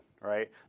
right